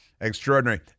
Extraordinary